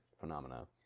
phenomena